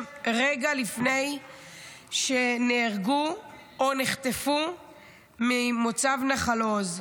רגע לפני שנהרגו או נחטפו ממוצב נחל עוז.